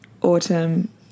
autumn